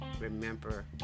remember